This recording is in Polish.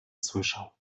słyszał